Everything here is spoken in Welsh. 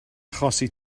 achosi